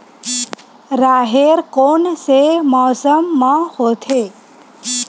राहेर कोन से मौसम म होथे?